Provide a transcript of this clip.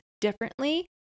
differently